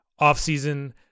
offseason